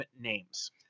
names